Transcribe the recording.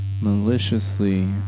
maliciously